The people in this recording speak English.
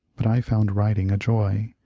but i found writing a joy,